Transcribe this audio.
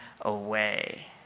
away